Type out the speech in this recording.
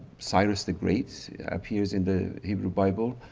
cyrus the great appears in the hebrew bible.